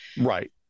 Right